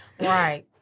Right